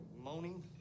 Moaning